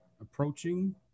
approaching